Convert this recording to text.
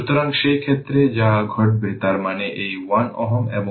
সুতরাং সেই ক্ষেত্রে যা ঘটবে তার মানে এই 1 Ω এবং 5 Ω এটি সিরিজ এ হবে